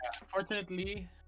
Unfortunately